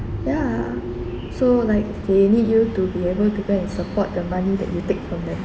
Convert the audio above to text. ya so like they'll need you to be able to go and support the money that you take from them